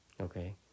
Okay